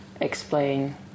explain